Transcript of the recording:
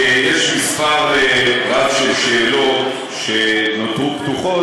שיש מספר רב של שאלות שנותרו פתוחות,